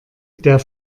der